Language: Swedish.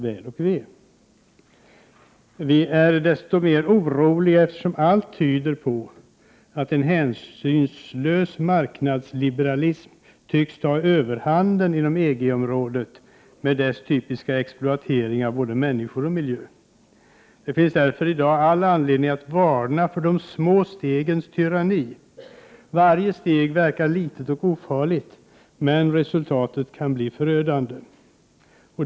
Vi är desto mer oroliga, eftersom allt tyder på att en hänsynslös marknadsliberalism tycks ta överhanden inom EG-området med dess typiska exploatering av både människor och miljö. Därför finns det i dag all anledning att varna för de små stegens tyranni. Varje steg verkar litet och ofarligt, men resultatet kan bli förödande.